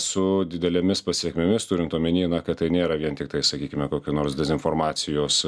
su didelėmis pasekmėmis turint omeny na kad tai nėra vien tiktai sakykime kokia nors dezinformacijos